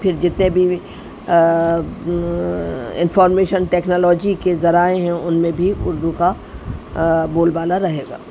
پھر جتنے بھی انفارمیشن ٹیکنالوجی کے ذرائع ہیں ان میں بھی اردو کا بول بالا رہے گا